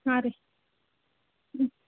ಹಾಂ ರೀ ಹ್ಞೂ